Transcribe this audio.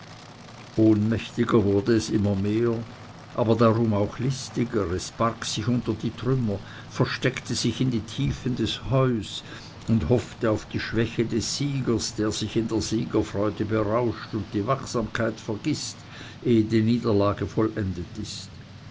ohnmächtiger wurde es immer mehr aber darum auch listiger es barg sich unter die trümmer versteckte sich in die tiefen des heues und hoffte auf die schwäche des siegers der sich in der siegerfreude berauscht und die wachsamkeit vergißt ehe die niederlage vollendet ist